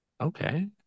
okay